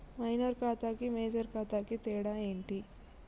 Minor ఖాతా కి major ఖాతా కి తేడా ఏంటి?